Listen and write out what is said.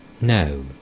No